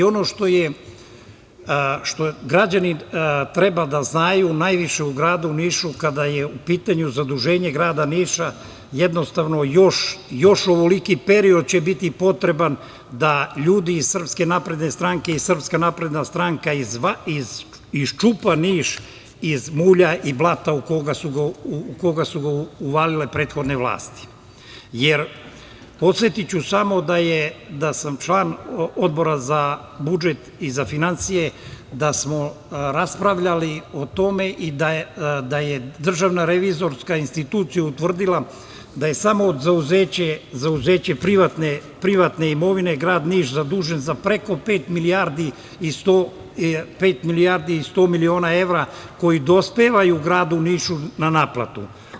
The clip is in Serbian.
Ono što građani treba da znaju najviše u gradu Nišu kada je u pitanju zaduženje grada Niša, jednostavno još ovoliki period će biti potreban da ljudi iz SNS i SNS iščupa Niš iz mulja i blata u koga su ga uvalile prethodne vlasti, jer podsetiću samo da sam član Odbora za budžet i za finansije, da smo raspravljali o tome i da je Državna revizorska institucija utvrdila da je samo od zauzeća privatne imovine grad Niš zadužen za preko pet milijardi i 100 miliona evra koji dospevaju gradu Nišu na naplatu.